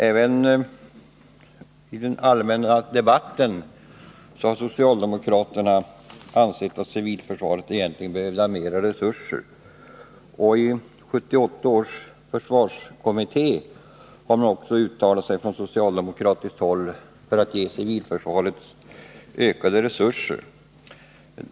Även i den allmänna debatten har socialdemokraterna anfört att civilförsvaret egentligen behövde mer resurser, och också i 1978 års försvarskommitté har man från socialdemokratiskt håll uttalat sig för att man skall ge civilförsvaret ökade resurser.